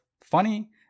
funny